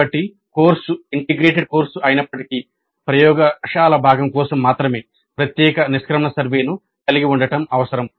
కాబట్టి course integrated course అయినప్పటికీ ప్రయోగశాల భాగం కోసం మాత్రమే ప్రత్యేక నిష్క్రమణ సర్వేను కలిగి ఉండటం అవసరం